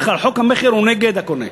כי בדרך כלל חוק המכר הוא נגד הקונה,